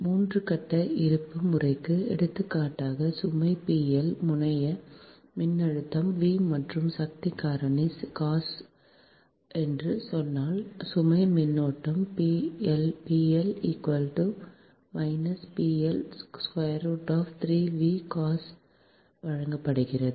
மூன்று கட்ட இருப்பு முறைக்கு எடுத்துக்காட்டாக சுமை முனைய மின்னழுத்தம் V மற்றும் சக்தி காரணி என்று சொன்னால் சுமை மின்னோட்டம் வழங்கப்படுகிறது